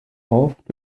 oft